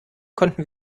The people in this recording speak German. konnten